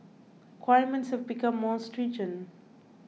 requirements become more stringent